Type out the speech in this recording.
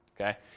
okay